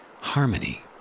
harmony